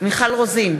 מיכל רוזין,